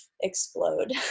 explode